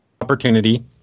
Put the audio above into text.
opportunity